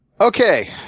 Okay